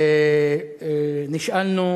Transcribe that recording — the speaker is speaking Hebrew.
נשאלנו: